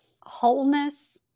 wholeness